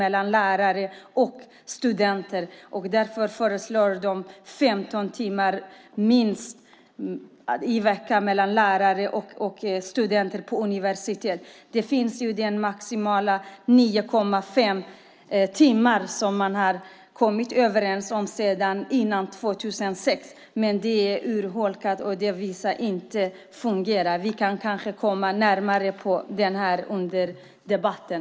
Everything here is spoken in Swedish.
Man föreslår därför minst 15 timmar lärarledd undervisning i veckan. I dag gäller minst nio timmar undervisning i veckan, men det fungerar inte. Vi kan kanske komma in mer på detta under debatten.